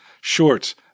Shorts